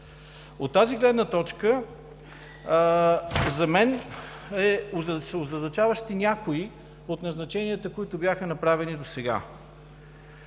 От тази гледна точка за мен са озадачаващи някои от назначенията, които бяха направени досега.